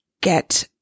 get